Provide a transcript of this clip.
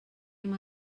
hem